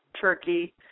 turkey